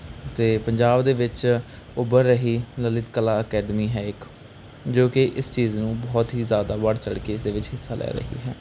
ਅਤੇ ਪੰਜਾਬ ਦੇ ਵਿੱਚ ਉੱਭਰ ਰਹੀ ਲਲਿਤ ਕਲਾ ਅਕੈਡਮੀ ਹੈ ਇੱਕ ਜੋ ਕਿ ਇਸ ਚੀਜ਼ ਨੂੰ ਬਹੁਤ ਹੀ ਜ਼ਿਆਦਾ ਵੱਧ ਚੜ੍ਹ ਕੇ ਇਸਦੇ ਵਿੱਚ ਹਿੱਸਾ ਲੈ ਰਹੀ ਹੈ